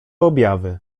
objawy